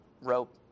rope